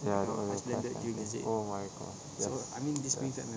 ya the oreo crush lah oh my gosh yes yes